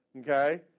okay